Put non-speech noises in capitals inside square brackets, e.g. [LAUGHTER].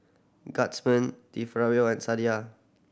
Guardsman De [UNINTELLIGIBLE] and Sadia